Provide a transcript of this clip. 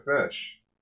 fish